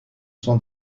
son